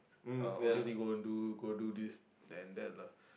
uh o_t_o_t go home do go do this and that lah